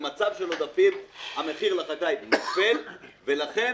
במצב של עודפים המחיר לחקלאי נופל, ולכן